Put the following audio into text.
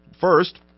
first